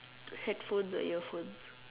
headphones or earphones